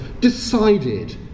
decided